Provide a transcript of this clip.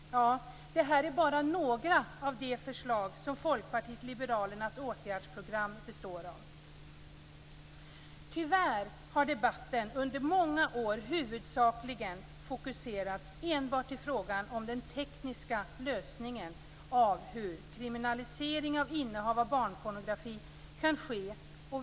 Detta är bara några av de förslag som Folkpartiet liberalernas åtgärdsprogram består av. Tyvärr har debatten under många år huvudsakligen fokuserats enbart till frågan om den tekniska lösningen av hur kriminalisering av innehav av barnpornografi kan ske.